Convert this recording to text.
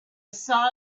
saw